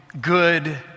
good